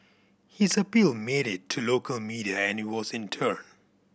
his appeal made it to local media and it was in turn